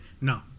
No